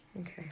Okay